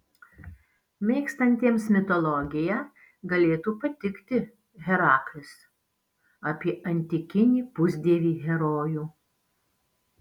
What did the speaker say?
mėgstantiems mitologiją galėtų patikti heraklis apie antikinį pusdievį herojų